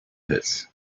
pits